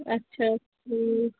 اچھا ٹھیٖک